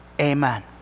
Amen